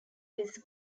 his